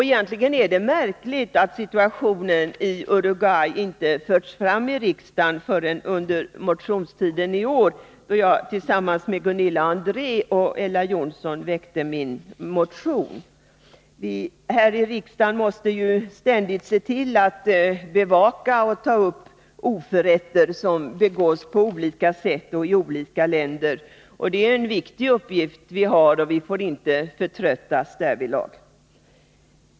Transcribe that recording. Egentligen är det märkligt att situationen i Uruguay inte förts fram i riksdagen förrän under motionstiden i år, då jag tillsammans med Gunilla André och Ella Johnsson väckte en motion. Vi här i riksdagen måste ju ständigt se till att bevaka och ta upp oförrätter som på olika sätt begås i skilda länder. Det är en viktig uppgift för oss, och vi får inte förtröttas därvidlag.